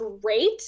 great